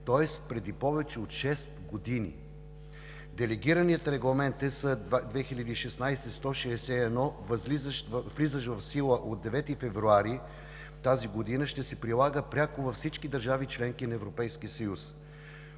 тоест преди повече от шест години. Делегираният Регламент ЕС 2016/161, влизащ в сила от 9 февруари тази година, ще се прилага пряко във всички държави – членки на Европейския съюз.